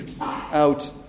out